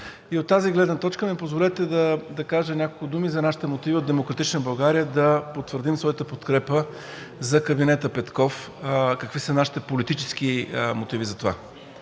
От тази гледна точка ми позволете да кажа няколко думи за нашите мотиви на „Демократична България“ да потвърдим своята подкрепа за кабинета Петков, какви са нашите политически мотиви за това.